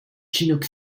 chinook